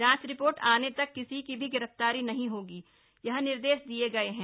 जांच रिपोर्ट आने तक किसी की भी गिरफ्तारी नहीं होगी यह निर्देश दिए गए हैं